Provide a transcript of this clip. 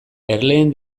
erleen